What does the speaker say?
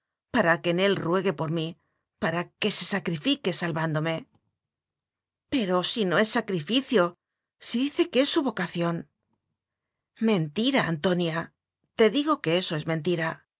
para que en él ruegue por mí para que se sacrifique salvándome pero si no es sacrificio si dice que es su vocación mentira antonia te digo que eso es mentira